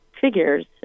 figures